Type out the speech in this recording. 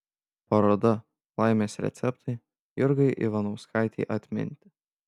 paroda laimės receptai jurgai ivanauskaitei atminti